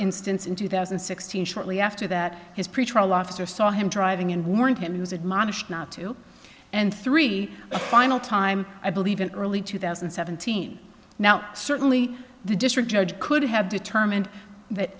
instance in two thousand and sixteen shortly after that his pretrial officer saw him driving and warned him he was admonished not two and three final time i believe in early two thousand and seventeen now certainly the district judge could have determined that